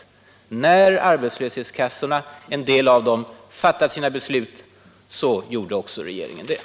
Sedan en del av arbetslöshetskassorna fattat sina beslut meddelade regeringen sitt.